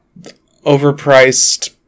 Overpriced